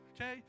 okay